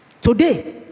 Today